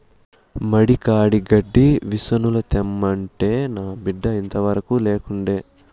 మడి కాడి గడ్డి మిసనుల తెమ్మంటే నా బిడ్డ ఇంతవరకూ లేకుండే